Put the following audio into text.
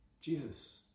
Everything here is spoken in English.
Jesus